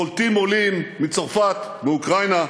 קולטים עולים מצרפת, מאוקראינה,